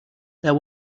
there